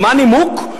ומה הנימוק?